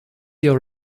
your